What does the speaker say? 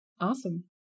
awesome